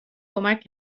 کمک